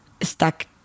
stuck